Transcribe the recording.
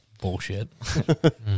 bullshit